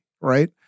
right